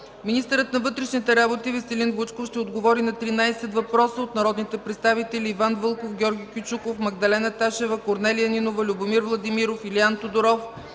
Министърът на вътрешните работи Веселин Вучков ще отговори на 13 въпроса от народните представители Иван Вълков, Георги Кючуков, Магдалена Ташева, Корнелия Нинова, Любомир Владимиров, Илиан Тодоров,